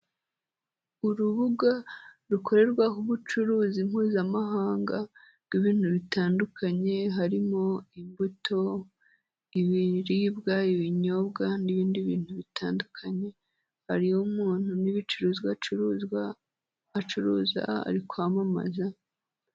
Urubuga rukorerwaho ubucuruzi mpuzamahanga bw'ibintu bitandukanye harimo: imbuto, ibiribwa, ibinyobwa, n'ibindi bintu bitandukanye, hariho umuntu n'ibicuruzwa acuruza, ari kwamamaza.